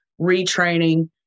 retraining